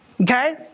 Okay